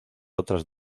otras